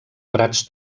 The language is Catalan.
prats